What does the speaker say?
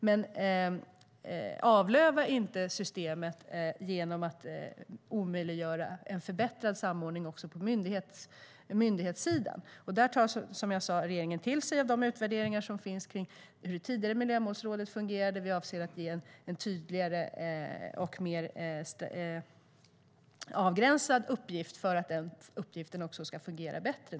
Låt oss inte avlöva systemet genom att omöjliggöra en förbättrad samordning också på myndighetssidan. Regeringen tar, som jag sade, till sig av utvärderingarna om hur det tidigare Miljömålsrådet fungerade. Vi avser att ge en tydligare och mer avgränsad uppgift för att det hela ska fungera bättre.